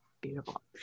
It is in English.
beautiful